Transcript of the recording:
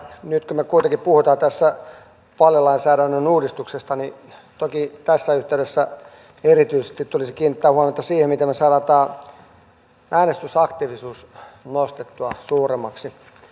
nyt kun me kuitenkin puhumme tässä vaalilainsäädännön uudistuksesta niin toki tässä yhteydessä erityisesti tulisi kiinnittää huomiota siihen miten me saamme äänestysaktiivisuuden nostettua suuremmaksi